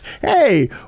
hey